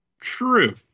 True